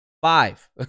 Five